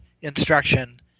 instruction